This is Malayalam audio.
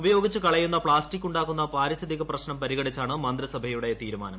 ഉപയോഗിച്ചു കളയുന്ന പ്ലാസ്റ്റിക് ഉണ്ടാക്കുന്ന പാരിസ്ഥിതിക പ്രശ്നം പരിഗണിച്ചാണ് മന്ത്രിസഭയുടെ തീരുമാനം